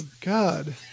God